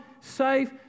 safe